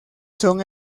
son